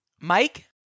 Mike